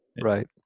Right